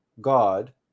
God